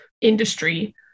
industry